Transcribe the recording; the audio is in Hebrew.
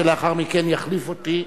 שלאחר מכן יחליף אותי.